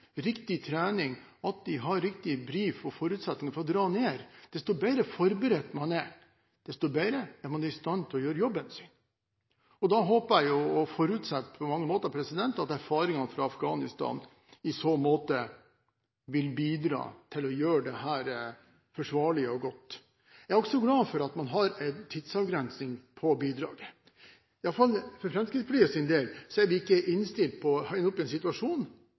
riktig utstyr, riktig trening, riktig brifing og gode forutsetninger for å dra ned. Jo bedre forberedt man er, desto bedre er man i stand til å gjøre jobben sin. Jeg håper og forutsetter at erfaringene fra Afghanistan i så måte vil bidra til å gjøre dette forsvarlig og godt. Jeg er også glad for at man har tidsavgrensning på bidraget. For Fremskrittspartiets del er vi i alle fall ikke innstilt på å havne i en situasjon